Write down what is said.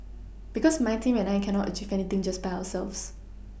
because my team and I cannot achieve anything just by ourselves